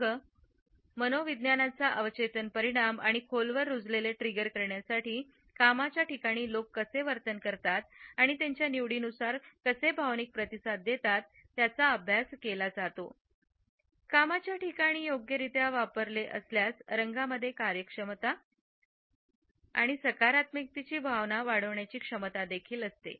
रंग मनोविज्ञानाचा अवचेतन परिणाम आणि खोलवर रुजलेले ट्रिगर करण्यासाठी कामाच्या ठिकाणी लोक कसे वर्तन करतात आणि त्यांच्या निवडी त्नुसार कसे भावनिक प्रतिसाद देतात त्याचा अभ्यास केला जातो कामाच्या ठिकाणी योग्यरित्या वापरले असल्यास रंगांमध्ये कार्यक्षमता आणि सकारात्मकतेची भरीव भावना देण्याची क्षमता देखील असते